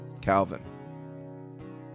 Calvin